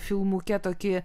filmuke tokį